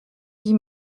dix